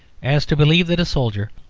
as to believe that a soldier,